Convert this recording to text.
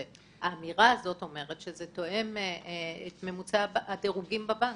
האמירה הזאת אומרת שזה תואם את ממוצע הדירוגים בבנק.